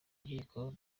nkiko